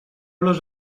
les